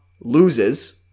loses